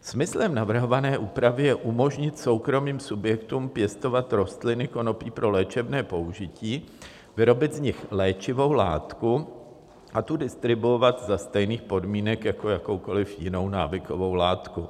Smyslem navrhované úpravy je umožnit soukromým subjektům pěstovat rostliny konopí pro léčebné použití, vyrobit z nich léčivou látku a tu distribuovat za stejných podmínek jako jakoukoliv jinou návykovou látku.